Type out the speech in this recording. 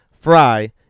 fry